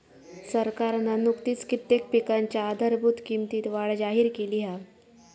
सरकारना नुकतीच कित्येक पिकांच्या आधारभूत किंमतीत वाढ जाहिर केली हा